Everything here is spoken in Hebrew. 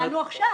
ידענו עכשיו.